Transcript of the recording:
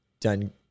done